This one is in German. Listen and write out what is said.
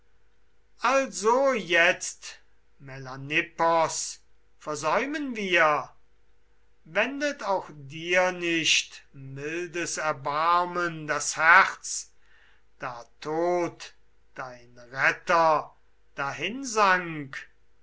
also jetzt melanippos versäumen wir wendet auch dir nicht mildes erbarmen das herz da tot dein retter dahinsank